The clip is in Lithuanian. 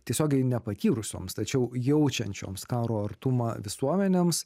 tiesiogiai nepatyrusioms tačiau jaučiančioms karo artumą visuomenėms